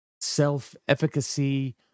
self-efficacy